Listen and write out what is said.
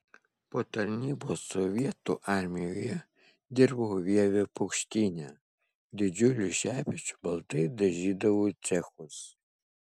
po tarnybos sovietų armijoje dirbau vievio paukštyne didžiuliu šepečiu baltai dažydavau cechus